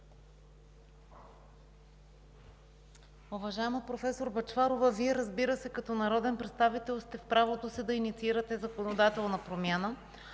Уважаема проф. Бъчварова, Вие като народен представител сте в правото си да инициирате законодателна промяна.